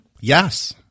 yes